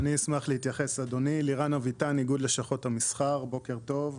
אני אשמח להתייחס אדוני לירן אביטן איגוד לשכות המסחר בוקר טוב,